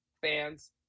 fans